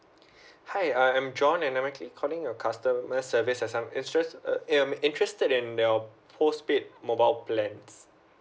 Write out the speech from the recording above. hi I am john and I'm actually calling your customer service as I'm interest uh I'll interested in your whole speed mobile plans